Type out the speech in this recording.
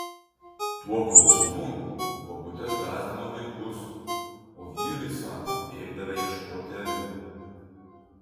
tuo kauksmu bobutės gąsdino vaikus o vyrai sako bėgdavę ieškoti avių